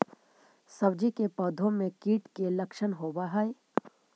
सब्जी के पौधो मे कीट के लच्छन होबहय?